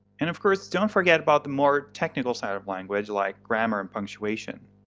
and of course, don't forget about the more technical side of language, like grammar and punctuation.